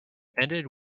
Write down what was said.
ended